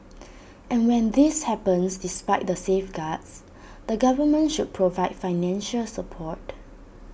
and when this happens despite the safeguards the government should provide financial support